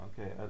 Okay